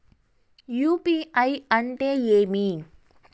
UPI అంటే ఏమి?